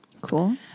Cool